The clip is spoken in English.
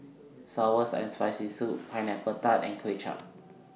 Sour and Spicy Soup Pineapple Tart and Kway Chap